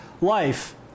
life